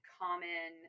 common